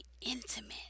intimate